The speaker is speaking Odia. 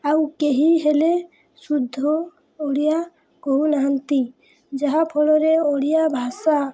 ଆଉ କେହି ହେଲେ ଶୁଦ୍ଧ ଓଡ଼ିଆ କହୁନାହାନ୍ତି ଯାହାଫଳରେ ଓଡ଼ିଆ ଭାଷା